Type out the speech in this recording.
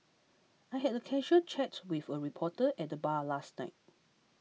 I had a casual chats with a reporter at the bar last night